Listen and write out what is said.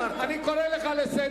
חבר הכנסת לוין, אני קורא אותך לסדר.